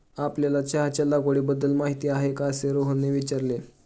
आपल्याला चहाच्या लागवडीबद्दल माहीती आहे का असे रोहितने विचारले?